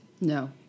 No